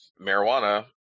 marijuana